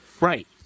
Right